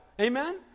Amen